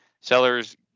seller's